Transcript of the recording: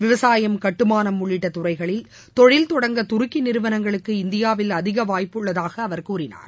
விவசாயம் கட்டுமானம் உள்ளிட்ட துறைகளில் தொழில் தொடங்க துருக்கி நிறுவனங்களுக்கு இந்தியாவில் அதிக வாய்ப்பு உள்ளதாக அவர் கூறினார்